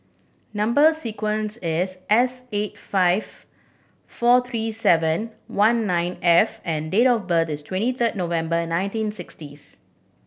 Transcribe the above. number sequence is S eight five four three seven one nine F and date of birth is twenty third November nineteen sixtieth